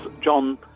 John